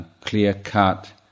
clear-cut